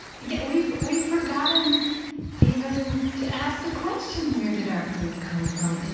yeah we've we've forgotten even to ask the question, where did our food come from?